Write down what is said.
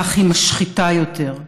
כך היא משחיתה יותר.